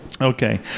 Okay